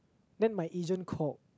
then my agent called